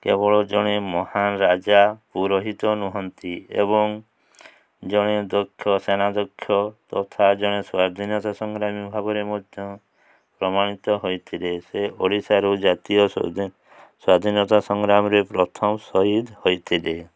କେବଳ ଜଣେ ମହାନ୍ ରାଜା ପୁରୋହିତ ନୁହଁନ୍ତି ଏବଂ ଜଣେ ଦକ୍ଷ ସେନା ଦକ୍ଷ ତଥା ଜଣେ ସ୍ୱାଧୀନତା ସଂଗ୍ରାମୀ ଭାବରେ ମଧ୍ୟ ପ୍ରମାଣିତ ହୋଇଥିଲେ ସେ ଓଡ଼ିଶାରୁ ଜାତୀୟ ସ୍ଵାଧୀନତା ସଂଗ୍ରାମରେ ପ୍ରଥମ ସହିଦ୍ ହୋଇଥିଲେ